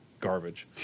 garbage